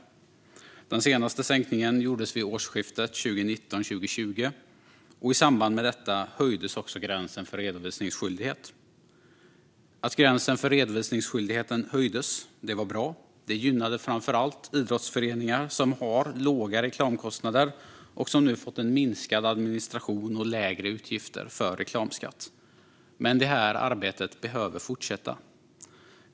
Den senaste sänkningen gjordes vid årsskiftet 2019/2020, och i samband med detta höjdes också gränsen för redovisningsskyldighet. Att gränsen för redovisningsskyldighet höjdes var bra. Det gynnade framför allt idrottsföreningar som har låga reklamkostnader och som nu har fått en minskad administration och lägre utgifter för reklamskatt. Men detta arbete behöver fortsätta.